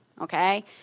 okay